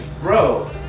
bro